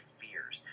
fears